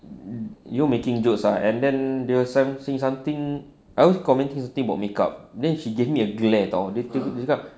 you making jokes ah and then dia some say something I was commenting his team about makeup then she gave me a glare [tau] dia cakap